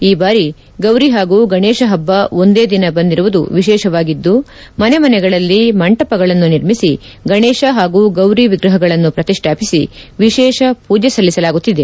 ಈ ಬಾರಿ ಗೌರಿ ಹಾಗೂ ಗಣೇಶ ಹಬ್ಬ ಒಂದೇ ದಿನ ಬಂದಿರುವುದು ವಿಶೇಷವಾಗಿದ್ದು ಮನೆ ಮನೆಗಳಲ್ಲಿ ಮಂಟಪಗಳನ್ನು ನಿರ್ಮಿಸಿ ಗಣೇಶ ಹಾಗೂ ಗೌರಿ ವಿಗ್ರಹಗಳನ್ನು ಪ್ರತಿಷ್ಠಾಪಿಸಿ ವಿಶೇಷ ಪೂಜೆ ಸಲ್ಲಿಸಲಾಗುತ್ತಿದೆ